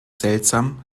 seltsam